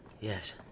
Yes